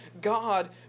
God